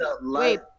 Wait